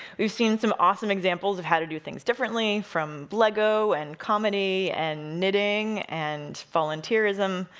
we've seen some awesome examples of how to do things differently, from lego, and comedy, and knitting, and volunteerism,